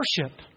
worship